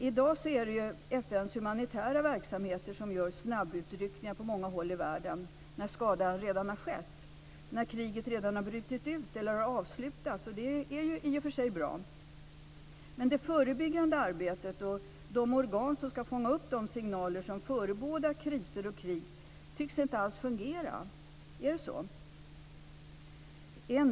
I dag är det ju FN:s humanitära verksamheter som gör snabbutryckningar på många håll i världen när skadan redan har skett, när kriget redan har brutit ut eller har avslutats. Det är i och för sig bra, men det förebyggande arbetet och de organ som skall fånga upp de signaler som förebådar kriser och krig tycks inte alls fungera. Är det så?